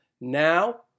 Now